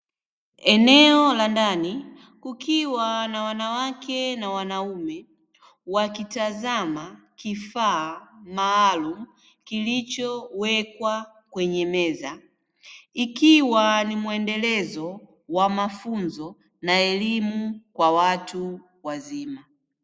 Eneo la ndani, kukiwa na wanawake na wanaume wakitazama kifaa maalumu kilichowekwa kwenye meza, ikiwa ni mwendelezo wa mafunzo na elimu kwa watu wazima.